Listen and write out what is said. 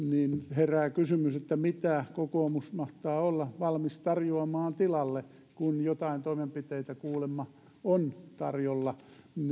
herää kysymys mitä kokoomus mahtaa olla valmis tarjoamaan tilalle kun joitain toimenpiteitä kuulemma on tarjolla niin